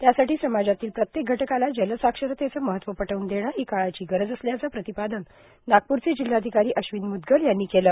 त्यासाठी समाजातील प्रत्येक घटकाला जलसाक्षरतेच महत्त्व पटवून देणे ही काळाची गरज असल्याचे प्रतिपादन नागपूरचे जिल्हाधिकारी अश्विन मूदगल यांनी केल